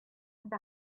and